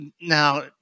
Now